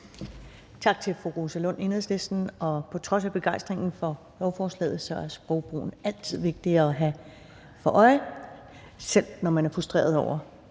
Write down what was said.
Tak til fru Rosa Lund, Enhedslisten. Og på trods af begejstringen for lovforslaget er sprogbrugen altid vigtig at have for øje, selv når man er frustreret over